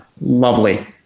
Lovely